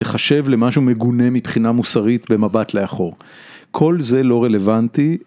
ייחשב למה שהוא מגונה מבחינה מוסרית במבט לאחור כל זה לא רלוונטי.